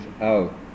out